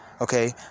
okay